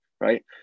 right